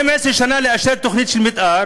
12 שנה לאשר תוכנית מתאר,